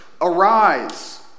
arise